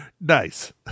Nice